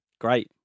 Great